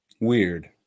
weird